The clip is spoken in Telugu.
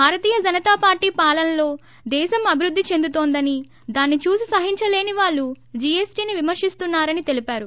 భారతీయ జనతో పార్లీ పాలనలో దేశం అభివృద్ధి చెందుతోందని దాన్ని చూసి సహించలేనివాళ్లు జీఎస్టిని విమర్పిస్తున్నారని తెలిపారు